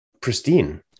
pristine